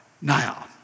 now